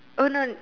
oh no